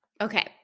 Okay